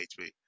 HP